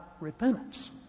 repentance